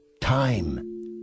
Time